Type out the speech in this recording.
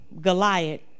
Goliath